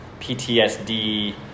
PTSD